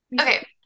okay